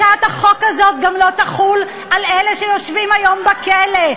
הצעת החוק הזאת גם לא תחול על אלה שיושבים היום בכלא,